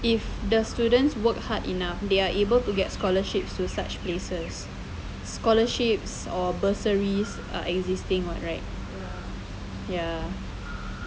if the students work hard enough they're able to get scholarships to such places scholarships or bursaries are existing [what] right ya